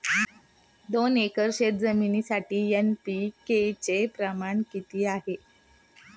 दोन एकर शेतजमिनीसाठी एन.पी.के चे प्रमाण किती आहे?